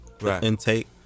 Intake